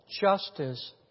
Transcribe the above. justice